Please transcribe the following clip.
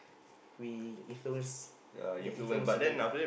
we influence their influence on it ah